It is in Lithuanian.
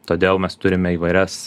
todėl mes turime įvairias